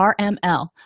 RML